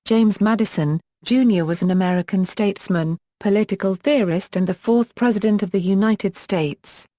james madison, jr. was an american statesman, political theorist and the fourth president of the united states.